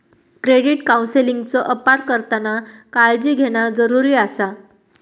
credit काउन्सेलिंगचो अपार करताना काळजी घेणा जरुरी आसा